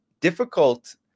difficult